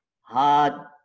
hard